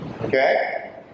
Okay